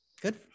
good